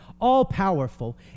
all-powerful